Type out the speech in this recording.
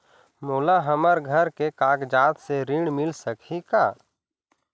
मोला हमर घर के कागजात से ऋण मिल सकही का?